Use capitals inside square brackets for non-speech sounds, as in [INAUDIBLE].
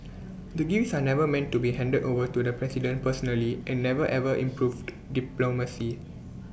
[NOISE] the gifts are never meant to be handed over to the president personally and never ever [NOISE] improved diplomacy